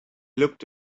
looked